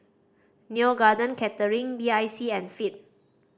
Neo Garden Catering B I C and Veet